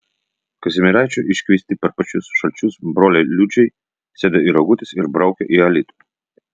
kazimieraičio iškviesti per pačius šalčius broliai liudžiai sėda į rogutes ir braukia į alytų